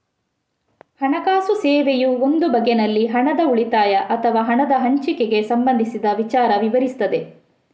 ಹಣಕಾಸು ಸೇವೆಯು ಒಂದು ಬಗೆನಲ್ಲಿ ಹಣದ ಉಳಿತಾಯ ಅಥವಾ ಹಣದ ಹಂಚಿಕೆಗೆ ಸಂಬಂಧಿಸಿದ ವಿಚಾರ ವಿವರಿಸ್ತದೆ